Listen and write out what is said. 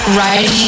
right